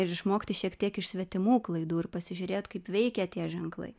ir išmokti šiek tiek iš svetimų klaidų ir pasižiūrėt kaip veikia tie ženklai